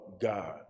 God